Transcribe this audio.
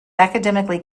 academically